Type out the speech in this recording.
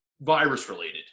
virus-related